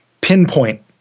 pinpoint